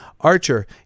Archer